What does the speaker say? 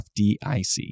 FDIC